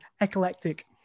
eclectic